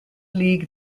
league